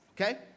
Okay